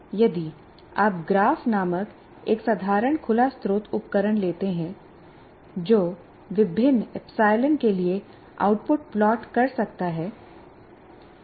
यदि आप ग्राफ नामक एक साधारण खुला स्त्रोत उपकरण लेते हैं जो विभिन्न एप्सिलॉन के लिए आउटपुट प्लॉट कर सकता है